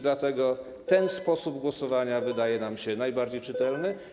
Dlatego ten sposób głosowania wydaje nam się najbardziej czytelny.